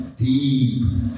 deep